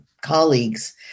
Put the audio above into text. colleagues